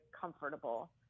comfortable